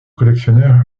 collectionneur